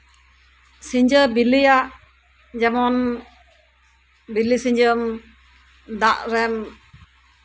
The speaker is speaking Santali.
ᱥᱤᱸᱡᱳ ᱵᱤᱞᱤᱭᱟᱜ ᱡᱮᱢᱚᱱ ᱵᱤᱞᱤ ᱥᱤᱸᱡᱳᱢ ᱫᱟᱜ ᱨᱮᱢ